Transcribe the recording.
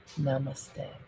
Namaste